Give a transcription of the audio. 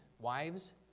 Wives